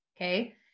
Okay